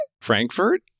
Frankfurt